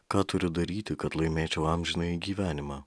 ką turiu daryti kad laimėčiau amžinąjį gyvenimą